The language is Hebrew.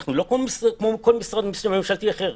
אנחנו לא כל משרד ממשלתי אחר.